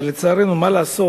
אבל, לצערנו, מה לעשות?